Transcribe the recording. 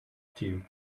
tiu